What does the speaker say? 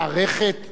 לא, הוא לא שייך.